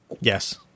Yes